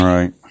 Right